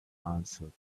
answered